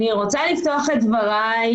אני רוצה לפתוח את דבריי,